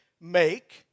make